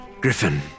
Griffin